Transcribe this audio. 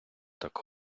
так